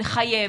לחייב